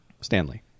Stanley